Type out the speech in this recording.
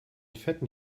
fetten